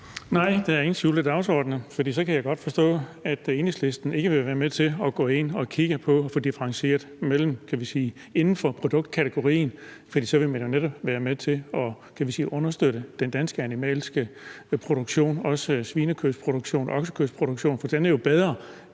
Nej, der er ingen skjulte dagsordener. For så kan jeg godt forstå, at Enhedslisten ikke vil være med til at gå ind og kigge på at få differentieret – kan vi sige – inden for produktkategorien. For så vil man jo netop være med til at understøtte den danske animalske produktion, også svinekødsproduktionen og oksekødsproduktkionen, for den er jo bedre